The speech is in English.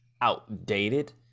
outdated